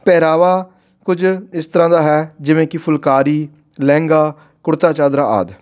ਪਹਿਰਾਵਾ ਕੁਝ ਇਸ ਤਰ੍ਹਾਂ ਦਾ ਹੈ ਜਿਵੇਂ ਕਿ ਫੁੱਲਕਾਰੀ ਲਹਿੰਗਾ ਕੁੜਤਾ ਚਾਦਰਾ ਆਦਿ